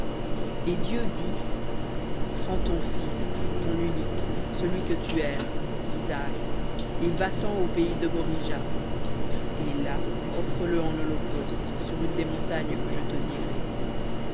et dit prends ton fils ton unique celui que tu aimes isaac et va-t'en au pays de morija et là offre le en holocauste sur une des montagnes que je te dirai